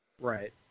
Right